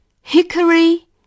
Hickory